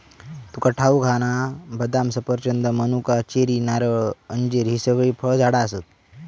तुका ठाऊक हा ना, बदाम, सफरचंद, मनुका, चेरी, नारळ, अंजीर हि सगळी फळझाडा आसत